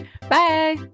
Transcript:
bye